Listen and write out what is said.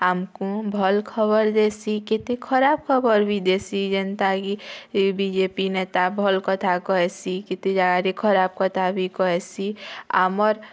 ଆମ୍କୁ ଭଲ୍ ଖବର୍ ଦେସି କେତେ ଖରାପ ଖବର୍ ବି ଦେସି ଯେନ୍ତା କି ବିଜେପି ନେତା ଭଲ୍ କଥା କହେସି କେତେ ଜାଗାରେ ଖରାପ କଥା ବି କହେସି ଆମର୍